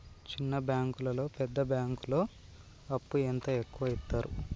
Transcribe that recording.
చిన్న బ్యాంకులలో పెద్ద బ్యాంకులో అప్పు ఎంత ఎక్కువ యిత్తరు?